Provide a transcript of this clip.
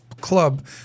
club